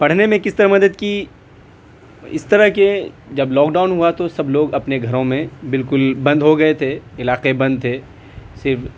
پڑھنے میں کس طرح مدد کی اس طرح کہ جب لاک ڈاؤن ہوا تو سب لوگ اپنے گھروں میں بالکل بند ہو گئے تھے علاقے بند تھے صرف